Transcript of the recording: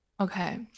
Okay